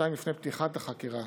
כשנתיים לפני פתיחת החקירה